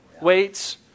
weights